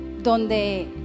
donde